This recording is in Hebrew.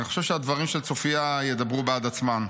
ואני חושב שהדברים של צופיה ידברו בעד עצמם: